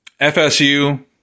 FSU